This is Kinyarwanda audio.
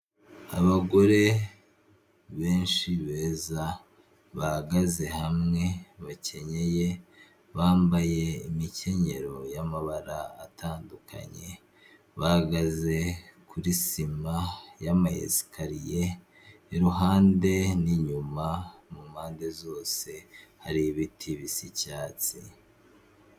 Abagore benshi beza bahagaze hamwe bakenyeye bambaye imikenyero y'amabara atandukanye, bahagaze kuri sima y'ama esikariye, iruhande n'inyuma mu mpande zose hari ibiti bisa icyatsi.